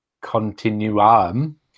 continuum